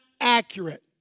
accurate